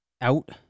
out